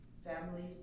families